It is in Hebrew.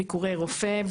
ביקורי רופא,